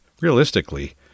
realistically